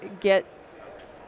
get